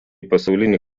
pasaulinį